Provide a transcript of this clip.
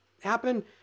happen